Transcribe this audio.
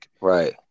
Right